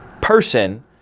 person